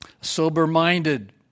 Sober-minded